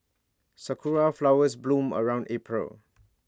Sakura Flowers bloom around April